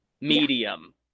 medium